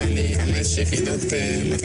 אולי לכם פחות צריך את הסרטון הזה כדי להבין את